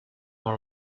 more